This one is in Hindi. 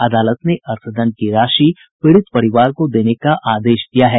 अदालत ने अर्थदंड की राशि पीड़ित परिवार को देने का आदेश दिया है